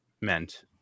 meant